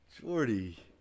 Jordy